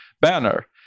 banner